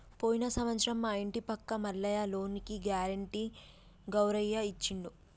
పోయిన సంవత్సరం మా ఇంటి పక్క మల్లయ్య లోనుకి గ్యారెంటీ గౌరయ్య ఇచ్చిండు